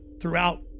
throughout